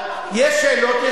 יש שאלות,